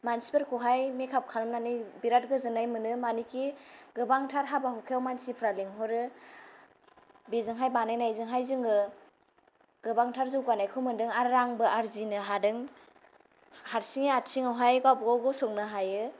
मानसिफोरखौहाय makeup खालामनानै बिराद गोजोननाय मोनो मानोखि गोबांथार हाबा हुखायाव मानसिफोरा लिंहरो बेजोंहाय बानायनायजोंहाय जोङो गोबांथार जौगानायखौ मोनदों आरो रांबो आरजिनो हादों हारसिंयै आथिंआवहाय गावबागाव गसंनो हायो